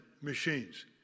machines